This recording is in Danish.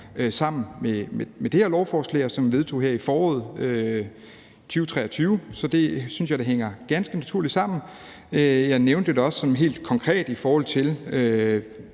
sammen med det her lovforslag, og som vi vedtog her i foråret 2023. Så det synes jeg da hænger ganske naturligt sammen. Jeg nævnte det også sådan helt konkret i forhold til